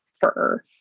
fur